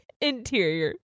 Interior